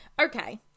Okay